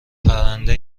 پرنده